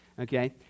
Okay